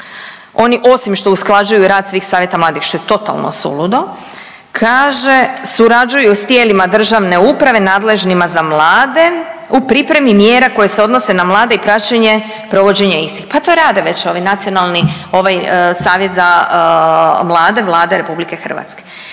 oni osim što usklađuju rad svih savjeta mladih, što je totalno suludo, kaže, surađuju s tijelima državne uprave nadležnima za mlade u pripremi mjera koje se odnose na mlade i praćenje provođenja istih. Pa to rade već ovi nacionalni, ovaj Savjet za mlade Vlade RH.